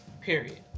Period